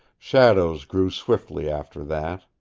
shadows grew swiftly after that.